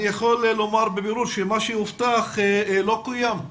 אני יכול לומר שמה שהובטח, לא קוים.